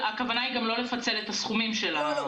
הכוונה היא גם לא לפצל את הסכומים של הסעיפים.